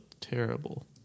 terrible